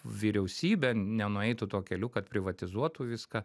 vyriausybė nenueitų tuo keliu kad privatizuotų viską